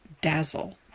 Dazzle